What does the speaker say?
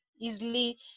easily